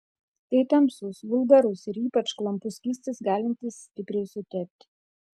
tai tamsus vulgarus ypač klampus skystis galintis stipriai sutepti